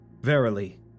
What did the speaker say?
Verily